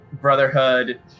brotherhood